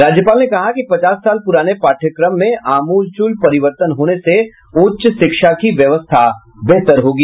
राज्यपाल ने कहा कि पचास साल पुराने पाठ्यक्रम में आमूलचूल परिवर्तन होने से उच्च शिक्षा की व्यवस्था बेहतर होगी